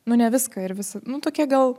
nu ne viską ir visi nu tokie gal